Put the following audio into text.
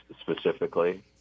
specifically